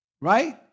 right